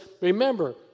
remember